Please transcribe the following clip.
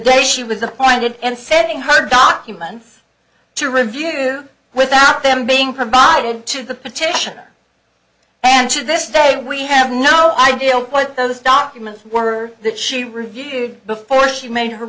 day she was appointed and setting her documents to review without them being provided to the petitioner and to this day we have no idea what those documents were that she reviewed before she made her